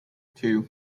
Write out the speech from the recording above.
two